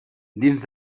dins